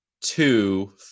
two